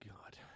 God